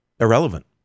irrelevant